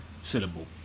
syllable